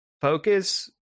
focus